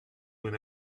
when